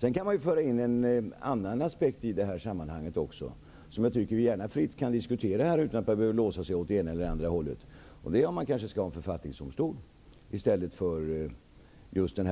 Det går att föra in en annan aspekt i sammanhanget, som jag tycker att vi fritt kan diskutera utan att behöva låsa oss åt det ena eller det andra hållet. Det gäller frågan om en författningsdomstol i stället för